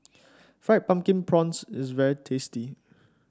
Fried Pumpkin Prawns is very tasty